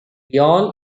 all